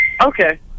Okay